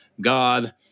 God